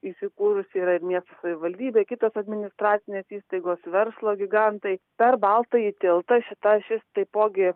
įsikūrusi yra ir miesto savivaldybė kitos administracinės įstaigos verslo gigantai per baltąjį tiltą šita ašis taipogi